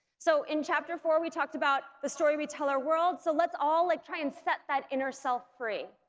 so in chapter four, we talked about the story we tell our world, so let's all like try and set that inner self free.